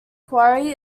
quarry